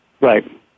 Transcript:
Right